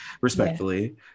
respectfully